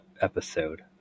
episode